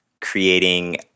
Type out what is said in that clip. creating